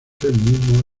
feminismo